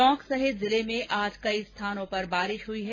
टोंक सहित जिले में आज कई स्थानों पर बारिश हई है